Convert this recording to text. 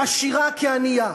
עשירה כענייה,